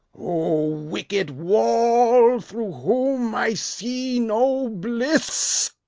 o wicked wall, through whom i see no bliss,